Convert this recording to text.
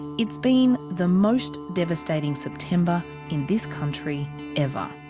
it's been the most devastating september in this country ever.